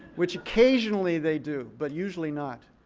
which occasionally they do. but usually not.